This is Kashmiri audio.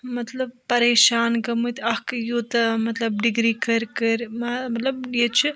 مطلب پَریشان گٔمٕتۍ اَکھ یوتاہ مطلب ڈِگری کٔرۍ کٔرۍ مطلب ییٚتہِ چھِ